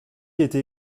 était